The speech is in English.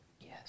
Yes